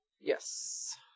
Yes